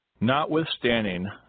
Notwithstanding